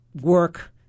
work